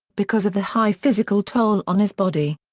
because of the high physical toll on his body.